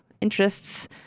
interests